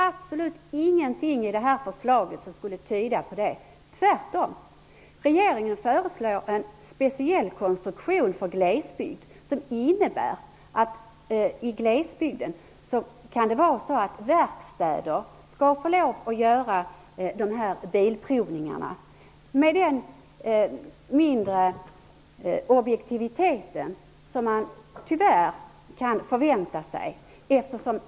Absolut ingenting i detta förslag tyder på detta. Tvärtom föreslår regeringen en speciell konstruktion för glesbygden, vilken innebär att verkstäder i glesbygden får lov att utföra bilprovningar med den mindre objektivitet som man tyvärr kan förvänta sig.